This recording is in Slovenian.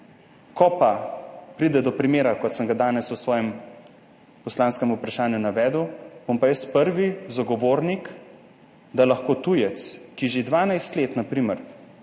Ko pa pride do primera, kot sem ga danes v svojem poslanskem vprašanju navedel, bom pa jaz prvi zagovornik, da lahko tujec, ki na primer